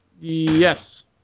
yes